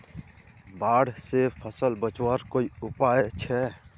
बाढ़ से फसल बचवार कोई उपाय छे?